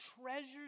treasures